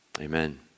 Amen